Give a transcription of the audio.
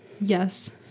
Yes